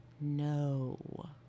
No